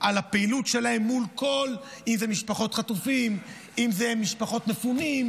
על הפעילות שלהם מול כולם, אם זה משפחות חטופים,